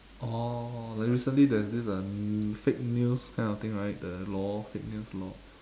oh like recently there's this a fake news kind of thing right the law fake news law